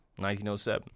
1907